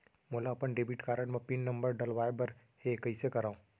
मोला अपन debit card म पिन नंबर डलवाय बर हे कइसे करव?